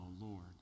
Lord